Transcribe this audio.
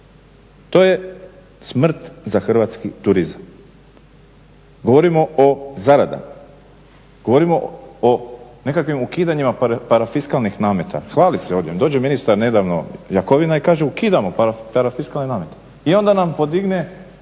To je smrt za hrvatski turizam. Govorimo o zaradama, govorimo o nekakvim ukidanjima parafiskalnih nameta. Hvali se ovdje, dođe ministar nedavno Jakovina i kaže ukidamo parafiskalne namete i onda nam podigne